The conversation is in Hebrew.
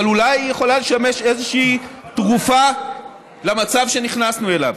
אבל אולי היא יכולה לשמש איזושהי תרופה למצב שנכנסנו אליו.